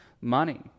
money